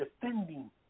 defending